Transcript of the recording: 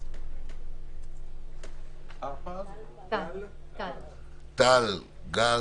עדי זגורי, משטרת ישראל, בבקשה.